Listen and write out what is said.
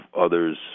others